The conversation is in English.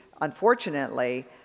Unfortunately